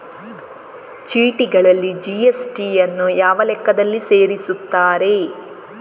ಚೀಟಿಗಳಲ್ಲಿ ಜಿ.ಎಸ್.ಟಿ ಯನ್ನು ಯಾವ ಲೆಕ್ಕದಲ್ಲಿ ಸೇರಿಸುತ್ತಾರೆ?